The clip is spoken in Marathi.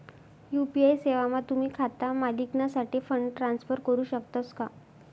यु.पी.आय सेवामा तुम्ही खाता मालिकनासाठे फंड ट्रान्सफर करू शकतस का